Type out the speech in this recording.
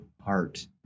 heart